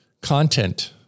content